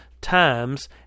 times